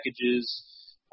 packages